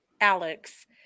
Alex